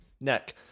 neck